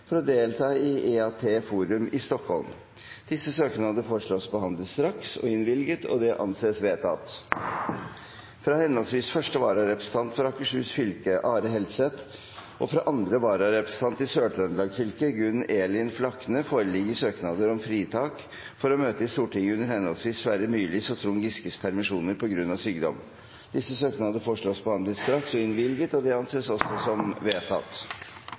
for å delta i EAT Forum i Stockholm Disse søknader foreslås behandlet straks og innvilget. – Det anses vedtatt. Fra henholdsvis første vararepresentant for Akershus fylke, Are Helseth, og fra andre vararepresentant for Sør-Trøndelag fylke, Gunn Elin Flakne, foreligger søknader om fritak for å møte i Stortinget under henholdsvis Sverre Myrlis og Trond Giskes permisjoner, på grunn av sykdom. Etter forslag fra presidenten ble enstemmig besluttet: Søknadene behandles straks og